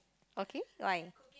okay why